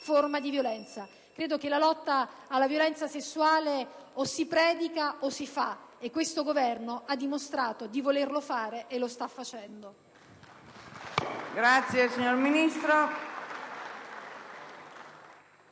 forma di violenza. Credo che la lotta alla violenza sessuale o si predica o si fa: questo Governo ha dimostrato di volerla fare e la sta facendo.